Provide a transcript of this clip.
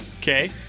Okay